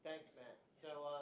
thanks, man. so